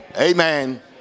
Amen